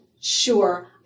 Sure